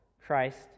Christ